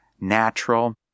natural